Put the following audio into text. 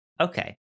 Okay